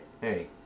hey